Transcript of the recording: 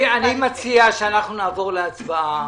אני מציע שנעבור להצבעה.